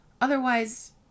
Otherwise